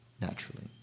naturally